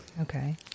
Okay